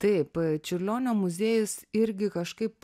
taip čiurlionio muziejus irgi kažkaip